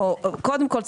קודם כל,